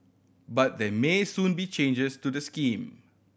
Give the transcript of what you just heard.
but there may soon be changes to the scheme